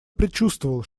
предчувствовал